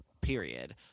period